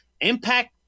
Impact